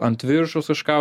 ant viršus kažką